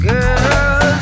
Girl